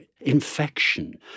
infection